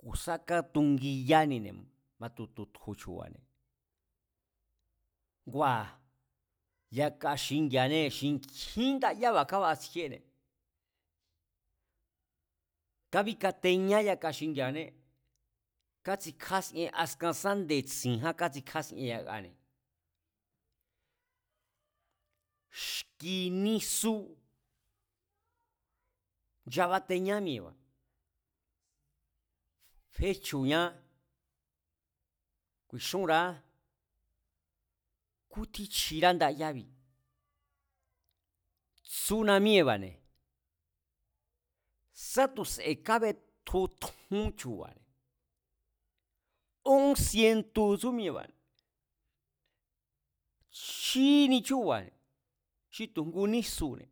ku̱ sá katugiyanine̱, batu tutju chu̱ba̱ne̱, ngua̱ yaka xingi̱a̱áne xi nkjín ndayába̱ kabatsjíéne̱, kabíkateñá yaka xingi̱a̱ane, kátsikjásien, askan sá nde̱tsi̱a̱án katsikjasie yakane̱, xki̱ nisu nchabateñá mi̱e̱ba̱, féchu̱ña ku̱i̱xúnra̱á, kútjín chjira ndayábi̱, tsúna míée̱ba̱ne̱, sá tu̱ se̱ kabetju, tjún chu̱ba̱ne̱ ón sientu̱ tsú mi̱e̱ba̱, chjínie chúu̱ba̱ne̱, xi tu̱ ngu nísune̱